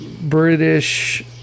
British